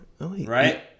right